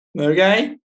Okay